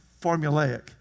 formulaic